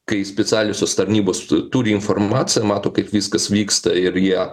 kai specialiosios tarnybos tu turi informaciją mato kaip viskas vyksta ir jie